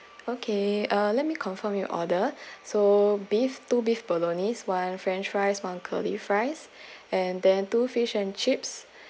okay uh let me confirm your order so beef two beef bolognese one french fries one curly fries and then two fish and chips